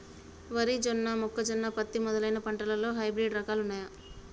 వరి జొన్న మొక్కజొన్న పత్తి మొదలైన పంటలలో హైబ్రిడ్ రకాలు ఉన్నయా?